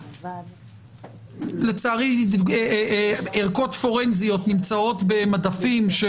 לצערי ערכות פורנזיות נמצאות במדפים של